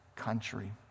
Country